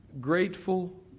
grateful